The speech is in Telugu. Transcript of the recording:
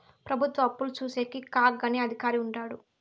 ప్రభుత్వ అప్పులు చూసేకి కాగ్ అనే అధికారి ఉంటాడు